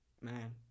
man